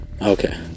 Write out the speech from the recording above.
Okay